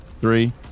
three